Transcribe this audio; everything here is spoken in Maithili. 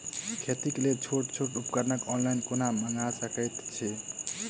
खेतीक लेल छोट छोट उपकरण ऑनलाइन कोना मंगा सकैत छी?